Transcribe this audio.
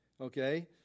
okay